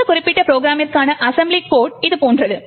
இந்த குறிப்பிட்ட ப்ரொக்ராமிற்கான அசெம்பிளி கோட் இதுபோன்றது